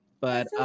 But-